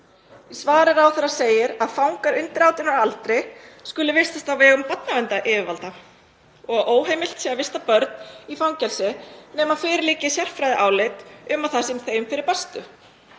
Í svari ráðherra segir að fangar undir 18 ára aldri skuli vistast á vegum barnaverndaryfirvalda og óheimilt sé að vista börn í fangelsi nema fyrir liggi sérfræðiálit um að það sé þeim fyrir bestu.